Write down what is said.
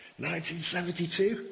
1972